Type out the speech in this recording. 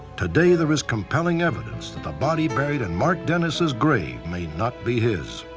today there is compelling evidence that the body buried in mark dennis's grave may not be his.